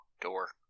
door